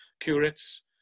curates